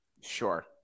Sure